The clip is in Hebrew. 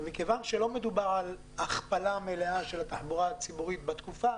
מכיוון שלא מדובר על הכפלה מלאה של התחבורה הציבורית בתקופה